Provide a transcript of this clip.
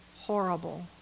horrible